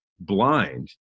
blind